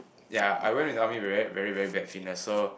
ya I went into the army with very very bad fitness so